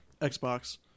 Xbox